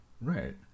Right